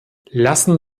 lassen